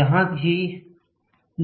यहां ही